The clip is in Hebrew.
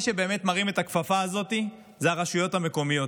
מי שבאמת מרים את הכפפה הזאת הוא הרשויות המקומיות.